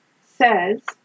says